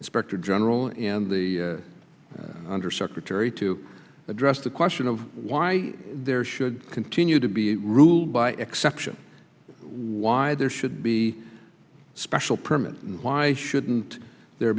inspector general and the undersecretary to address the question of why there should continue to be ruled by exception why there should be special permits why shouldn't there